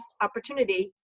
opportunity